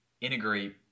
integrate